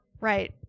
Right